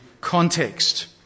context